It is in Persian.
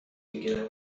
بگیرم